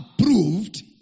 approved